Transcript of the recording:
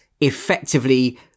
effectively